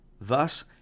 Thus